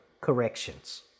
corrections